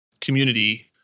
community